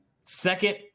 Second